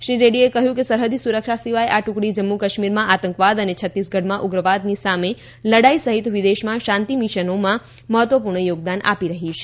શ્રી રેડ્ડીએ કહ્યું કે સરહદી સુરક્ષા સિવાય આ ટુકડી જમ્મુ કાશ્મીરમાં આતંકવાદ અને છત્તીસગઢમાં ઉગ્રવાદની સામેની લડાઇ સહિત વિદેશમાં શાંતિ મિશનોમાં મહત્વપૂર્ણ યોગદાન આપી રહી છે